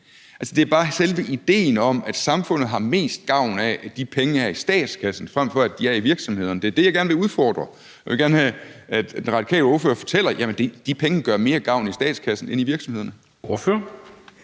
Det er bare selve idéen om, at samfundet har mest gavn af, at de penge er i statskassen, frem for at de er i virksomhederne, jeg gerne vil udfordre, og jeg vil gerne have, at den radikale ordfører fortæller, at de penge gør mere gavn i statskassen end i virksomhederne. Kl.